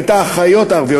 ואת האחיות הערביות,